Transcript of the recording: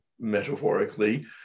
metaphorically